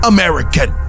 American